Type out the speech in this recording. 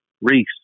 Reese